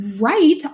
right